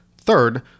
Third